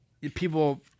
People